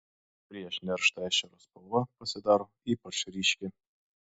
prieš nerštą ešerio spalva pasidaro ypač ryški